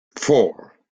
four